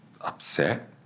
Upset